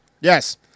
Yes